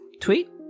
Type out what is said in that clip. tweet